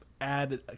add